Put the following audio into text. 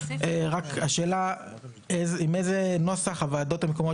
השאלה עם איזה נוסח הועדות המקומות